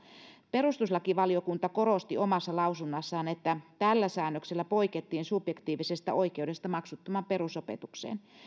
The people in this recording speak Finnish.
perustuslakivaliokunta korosti omassa lausunnossaan että tällä säännöksellä poikettiin subjektiivisesta oikeudesta maksuttomaan perusopetukseen